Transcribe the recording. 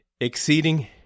exceeding